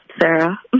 Sarah